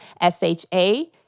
S-H-A